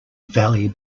valley